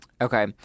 okay